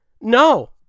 No